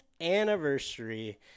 anniversary